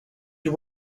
you